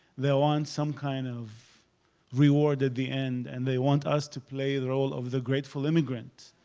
they want some kind of reward at the end, and they want us to play the role of the grateful immigrant.